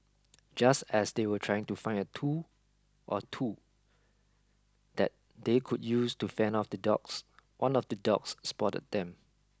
just as they were trying to find a tool or two that they could use to fend off the dogs one of the dogs spotted them